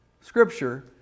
Scripture